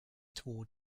toward